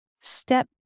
step